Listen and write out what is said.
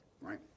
right